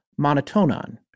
Monotonon